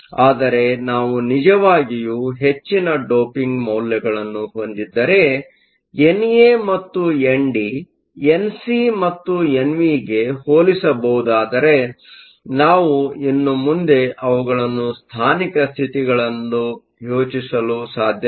ಆದರೆ ನಾವು ನಿಜವಾಗಿಯೂ ಹೆಚ್ಚಿನ ಡೋಪಿಂಗ್ ಮೌಲ್ಯಗಳನ್ನು ಹೊಂದಿದ್ದರೆ ಎನ್ಎ ಮತ್ತು ಎನ್ಡಿ ಎನ್ಸಿ ಮತ್ತು ಎನ್ ವಿಗೆ ಹೋಲಿಸಬಹುದಾದರೆ ನಾವು ಇನ್ನು ಮುಂದೆ ಅವುಗಳನ್ನು ಸ್ಥಾನಿಕ ಸ್ಥಿತಿಗಳೆಂದು ಯೋಚಿಸಲು ಸಾಧ್ಯವಿಲ್ಲ